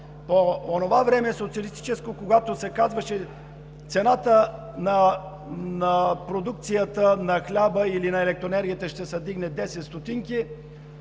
По онова време – социалистическо, когато се казваше: „Цената на продукцията, на хляба или на електроенергията ще се вдигне с 10 стотинки“,